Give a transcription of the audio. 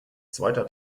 zweiter